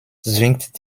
zwingt